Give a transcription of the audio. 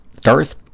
Darth